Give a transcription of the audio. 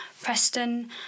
Preston